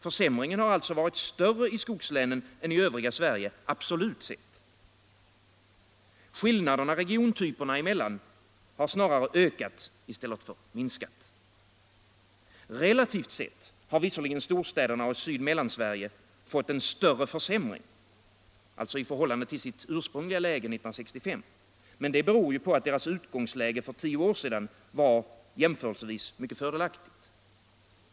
Försämringen har alltså absolut varit större i skogslänen än i övriga Sverige. Skillnaderna regiontyperna emellan har snarare ökat än minskat. Relativt sett — alltså i förhållande till sitt ursprungliga läge 1965 — har storstäderna samt Sydoch Mellansverige fått en större försämring, men detta beror på att deras utgångsläge för tio år sedan var jämförelsevis fördelaktigt.